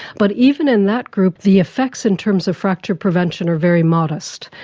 but even in that group the effects in terms of fracture prevention are very modest.